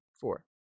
four